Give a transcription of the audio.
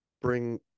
bring